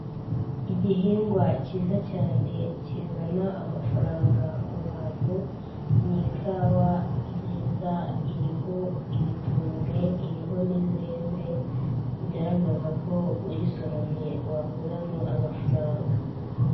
Igihingwa cyiza cyane kizana amafaranga mu bantu, ni kawa nziza iriho ibitumbwe, iriho n'izeze, bigaragaza ko uyisoromye wakuramo amafaranga.